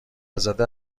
زده